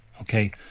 Okay